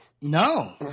No